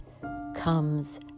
comes